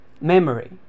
memory